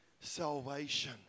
salvation